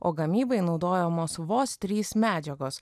o gamybai naudojamos vos trys medžiagos